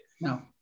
No